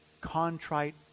contrite